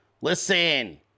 Listen